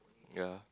yea